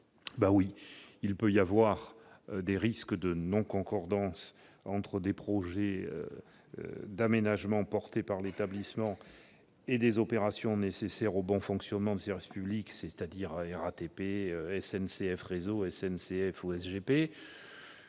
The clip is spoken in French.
il existe des risques de non-concordance entre des projets d'aménagement soutenu par l'établissement et des opérations nécessaires au bon fonctionnement des services publics- la RATP, SNCF Réseau, la SNCF ou la